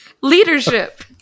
Leadership